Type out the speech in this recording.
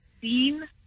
seen